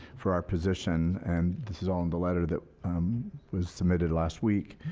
for our position. and this is all in the letter that was submitted last week.